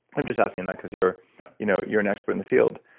i'm just asking that because you're you know you're and expert in the field.